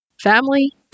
family